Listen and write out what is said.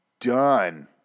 Done